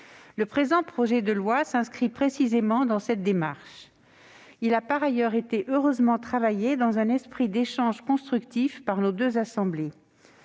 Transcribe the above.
Le présent projet de loi s'inscrit précisément dans cette démarche. Il a, par ailleurs, été heureusement travaillé dans un esprit d'échanges constructifs par nos deux assemblées.